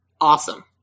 Awesome